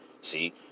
see